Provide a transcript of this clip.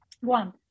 One